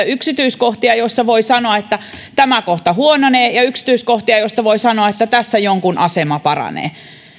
yksityiskohtia joista voi sanoa että tämä kohta huononee ja yksityiskohtia joista voi sanoa että tässä jonkun asema paranee